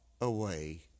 away